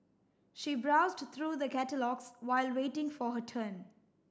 she browsed through the catalogues while waiting for her turn